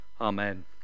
Amen